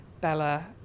Bella